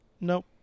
Nope